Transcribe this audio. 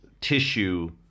tissue